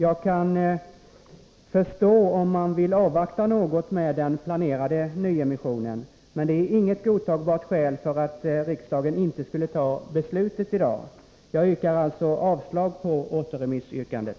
Jag kan förstå om man vill avvakta något med den planerade nyemissionen, men det är inget godtagbart skäl för att riksdagen inte skulle fatta beslutet i dag. Jag yrkar därför avslag på återremissyrkandet.